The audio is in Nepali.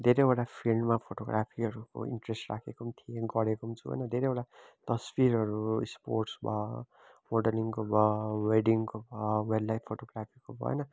धेरैवटा फिल्डमा फोटोग्राफीहरूको इन्ट्रेस्ट राखेको पनि थिएँ गरेको पनि छु होइन धेरैवटा तस्बिरहरू स्पोट्स भयो मोडलिङको भयो वेडिङको भयो वाइल्डलाइफ फोटोग्राफीको भयो होइन